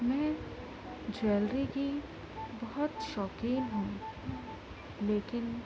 میں جویلری کی بہت شوقین ہوں لیکن